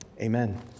amen